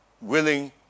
willing